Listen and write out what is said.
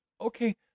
okay